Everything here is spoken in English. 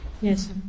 Yes